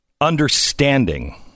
understanding